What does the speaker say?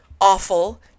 awful